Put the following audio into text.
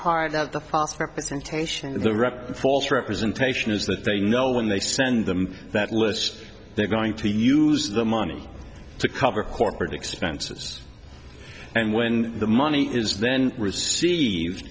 record the false representation is that they know when they send them that list they're going to use the money to cover corporate expenses and when the money is then received